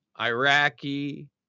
Iraqi